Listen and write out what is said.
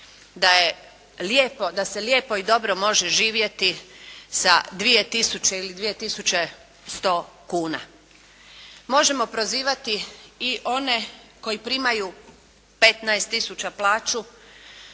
da se lijepo i dobro može živjeti sa 2000 ili 2100 kuna. Možemo prozivati i one koji primaju 15000 plaću,